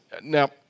Now